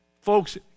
folks